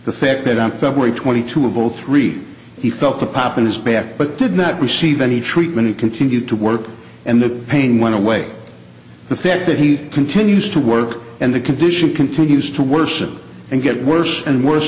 the fact that on february twenty two of zero three he felt a pop in his back but did not receive any treatment and continued to work and the pain went away the fact that he continues to work and the condition continues to worsen and get worse and worse